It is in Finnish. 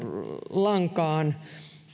lankaan